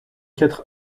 quatre